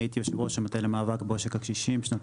אני הייתי יושב ראש המטה למאבק בעושק הקשישים בשנת